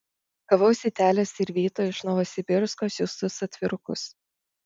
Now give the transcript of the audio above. gavau zitelės ir vyto iš novosibirsko siųstus atvirukus